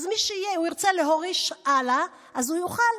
למי שהוא ירצה להוריש הלאה הוא יוכל.